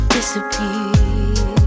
Disappear